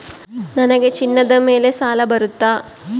ನನಗೆ ಚಿನ್ನದ ಮೇಲೆ ಸಾಲ ಬರುತ್ತಾ?